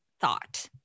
thought